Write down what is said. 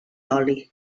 oli